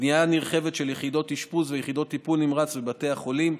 בנייה נרחבת של יחידות אשפוז ויחידות טיפול נמרץ בבתי החולים,